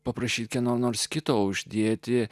paprašyti kieno nors kito uždėti